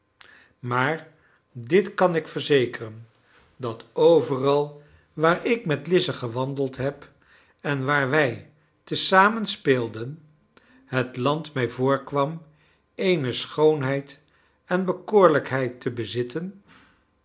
maar dit kan ik verzekeren dat overal waar ik met lize gewandeld heb en waar wij te zamen speelden het land mij voorkwam eene schoonheid en bekoorlijkheid te bezitten